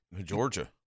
Georgia